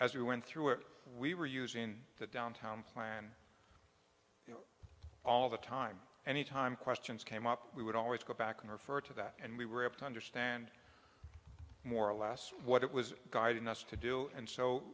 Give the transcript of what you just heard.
as we went through it we were using in the downtown plan all the time any time questions came up we would always go back and refer to that and we were able to understand more alas what it was guiding us to do and so